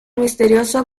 misterioso